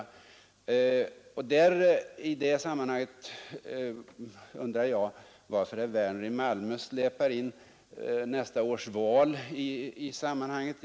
I det sammanhanget undrar jag varför herr Werner i Malmö drar in nästa års val i diskussionen.